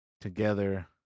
together